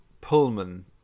Pullman